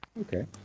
Okay